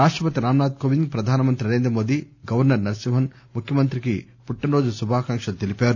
రాష్టపతి రాంనాథ్ కోవింద్ ప్రధానమంత్రి నరేంద్రమోదీ గవర్నర్ నరసింహస్ ముఖ్యమంత్రికి పుట్టినరోజు శుభాకాంక్షలు తెలిపారు